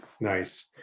Nice